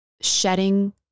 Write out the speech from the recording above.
shedding